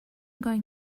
going